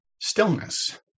stillness